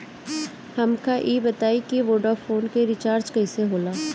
हमका ई बताई कि वोडाफोन के रिचार्ज कईसे होला?